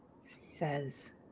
says